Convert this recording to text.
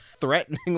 threatening